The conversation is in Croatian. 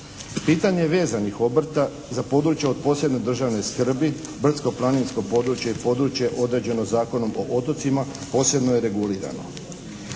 Pitanje vezanih obrta za područje od posebne državne skrbi, brdsko-planinsko područje i područje određeno Zakonom o otocima posebno je regulirano.